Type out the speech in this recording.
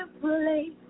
place